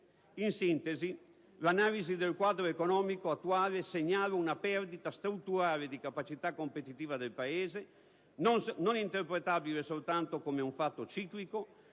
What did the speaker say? In sintesi, l'analisi del quadro economico attuale segnala una perdita strutturale di capacità competitiva del Paese, non interpretabile soltanto come un fatto ciclico,